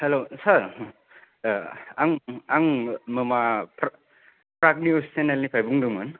hello sir आं आं माबा प्राग निउस सेनेलनिफ्राय बुंदोंमोन